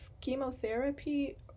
chemotherapy